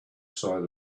side